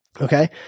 Okay